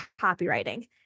copywriting